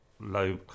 Low